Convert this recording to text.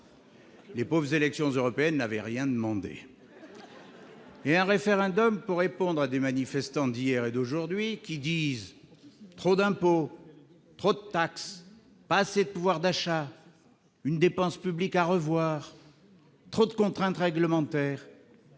Les pauvres, elles n'avaient rien demandé ! Pour répondre à des manifestants d'hier et d'aujourd'hui qui dénoncent trop d'impôts, trop de taxes, pas assez de pouvoir d'achat, une dépense publique à revoir, trop de contraintes réglementaires,